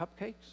cupcakes